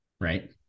right